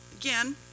Again